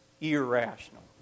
irrational